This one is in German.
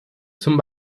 zum